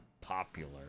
popular